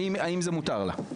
האם זה מותר לה?